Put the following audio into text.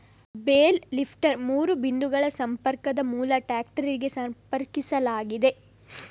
bale lifter ಮೂರು ಬಿಂದುಗಳ ಸಂಪರ್ಕದ ಮೂಲಕ ಟ್ರಾಕ್ಟರಿಗೆ ಸಂಪರ್ಕಿಸಲಾಗಿದೆ